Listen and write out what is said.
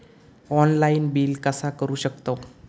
Online bill कसा करु शकतव?